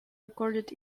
recorded